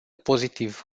pozitiv